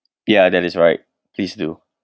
yeah that is right please do